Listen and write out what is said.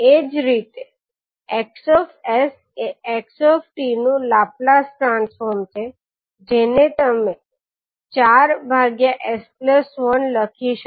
એ જ રીતે 𝑋𝑠 એ 𝑥𝑡 નું લાપ્લાસ ટ્રાન્સફોર્મ છે જેને તમે તેને 4s1 લખી શકો